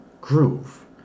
groove